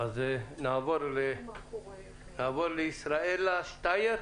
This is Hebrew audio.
נעבור לישראלה שטיר,